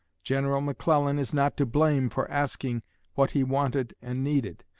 general mcclellan is not to blame for asking what he wanted and needed,